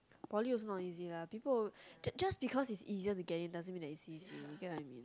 poly also not easy lah people just just because it is easier to get in doesn't mean it is easy you get what I mean